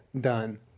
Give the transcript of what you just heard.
Done